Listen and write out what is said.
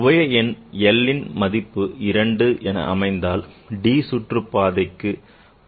குவைய எண் lன் மதிப்பு 2 என அமைந்தால் அது d சுற்றுப்பாதைக்கு உரியதே ஆகும்